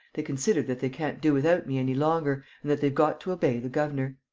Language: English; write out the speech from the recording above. they consider that they can't do without me any longer and that they've got to obey the governor.